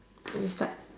you start